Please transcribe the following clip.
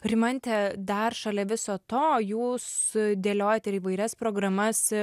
rimante dar šalia viso to jūs dėliojat ir įvairias programas